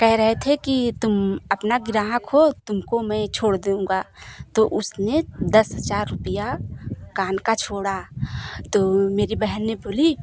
कह रहे थे कि तुम अपना ग्राहक हो तुमको मैं छोड़ दूँगा तो उसने दस हज़ार रुपये कान का छोड़ा तो मेरी बहन ने बोली